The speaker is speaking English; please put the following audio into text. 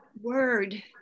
word